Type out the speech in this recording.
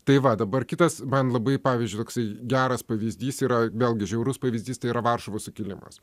tai va dabar kitas man labai pavyzdžiui toksai geras pavyzdys yra vėlgi žiaurus pavyzdys tai yra varšuvos sukilimas